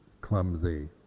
clumsy